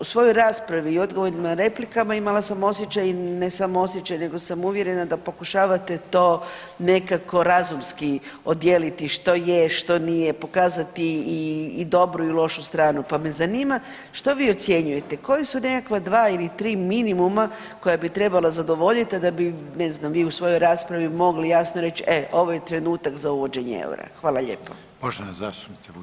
U svojoj raspravi i odgovorima replikama imala sam osjećaj, ne samo osjećaj nego sam uvjerena da pokušavate to nekako razumski odijeliti što je, što nije, pokazati i dobru i lošu stranu, pa me zanima što vi ocjenjujete koja su nekakva dva ili tri minimuma koja bi trebala zadovoljit, a da bi ne znam vi u svojoj raspravi mogli jasno reć, e ovo je trenutak za uvođenje eura?